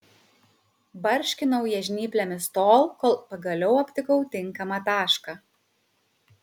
barškinau ją žnyplėmis tol kol pagaliau aptikau tinkamą tašką